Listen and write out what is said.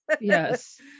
Yes